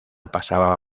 pasaba